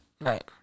right